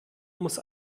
muss